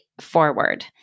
forward